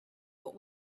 what